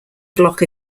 block